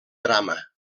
drama